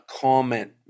comment